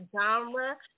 genre